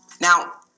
Now